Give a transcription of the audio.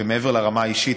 ומעבר לרמה האישית,